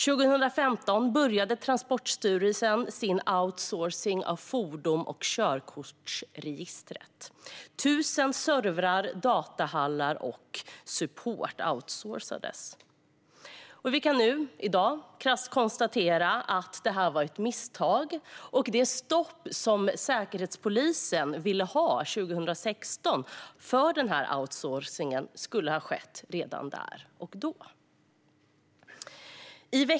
År 2015 påbörjade Transportstyrelsen sin outsourcing av fordons och körkortsregistret. 1 000 servrar samt datahallar och support outsourcades. Vi kan i dag krasst konstatera att det här var ett misstag och att det stopp som Säkerhetspolisen ville ha 2016 för denna outsourcing skulle ha skett redan där och då.